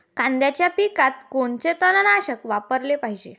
कांद्याच्या पिकात कोनचं तननाशक वापराले पायजे?